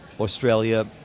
Australia